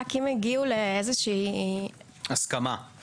אם רק הגיעו לאיזושהי הסכמה,